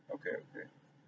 okay okay